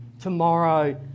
tomorrow